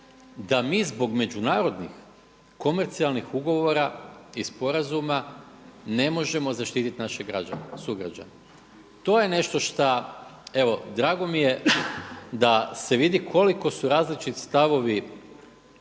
da mi zbog međunarodnih komercijalnih ugovora i sporazuma ne možemo zaštiti naše sugrađane. To je nešto šta, evo drago mi je da se vidi koliko su različiti stavovi